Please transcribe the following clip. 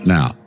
Now